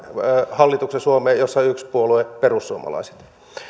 hallituksen suomeen jossa on yksi puolue perussuomalaiset